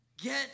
Get